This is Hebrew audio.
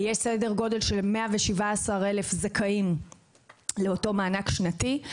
יש סדר גודל של 117 אלף זכאים לאותו מענק שנתי.